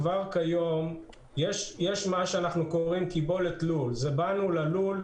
אנחנו נשמח שקודם כל תאשרו לנו שנוכל